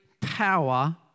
power